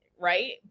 Right